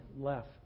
left